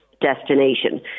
Destination